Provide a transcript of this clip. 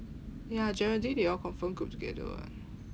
ya geraldine they all confrim group together [one]